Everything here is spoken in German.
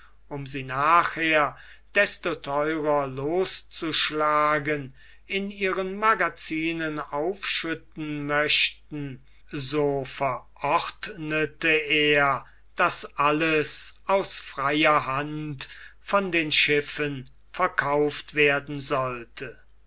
um sie nachher desto theurer loszuschlagen in ihren magazinen aufschütten möchten so verordnete er daß alles aus freier hand von den schiffen verkauft werden sollte